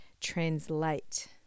translate